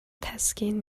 تسکین